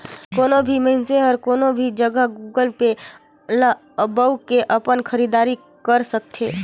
कोनो भी मइनसे हर कोनो भी जघा गुगल पे ल बउ के अपन खरीद दारी कर सकथे